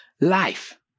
life